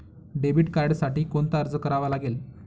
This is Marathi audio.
डेबिट कार्डसाठी कोणता अर्ज करावा लागेल?